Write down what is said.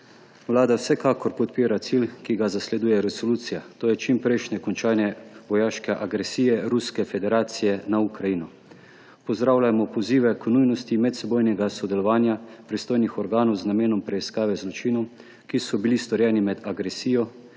Vlada vsekakor podpira cilj, ki ga zasleduje resolucija, to je čimprejšnje končanje vojaške agresije Ruske federacije na Ukrajino. Pozdravljajmo pozive k nujnosti medsebojnega sodelovanja pristojnih organov z namenom preiskave zločinov, ki so bili storjeni med agresijo,